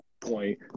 point